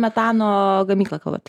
metano gamyklą kalbat